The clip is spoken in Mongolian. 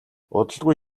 удалгүй